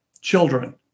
children